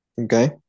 Okay